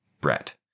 Brett